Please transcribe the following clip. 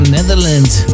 Netherlands